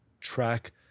track